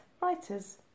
writers